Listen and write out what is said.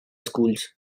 schools